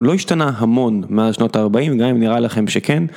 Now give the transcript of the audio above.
לא השתנה המון מאז שנות ה-40, גם אם נראה לכם שכן.